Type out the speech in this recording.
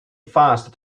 fast